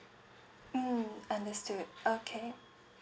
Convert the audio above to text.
mm understood okay